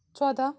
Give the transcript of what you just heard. ژۄداہ